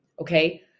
Okay